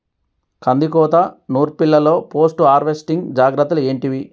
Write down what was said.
కందికోత నుర్పిల్లలో post harvesting జాగ్రత్తలు ఏంటివి?